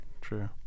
true